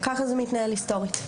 ככה זה מתנהל היסטורית.